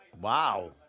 Wow